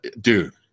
dude